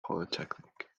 polytechnic